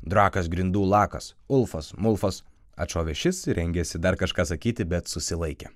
drakas grindų lakas ulfas mulfas atšovė šis rengėsi dar kažką sakyti bet susilaikė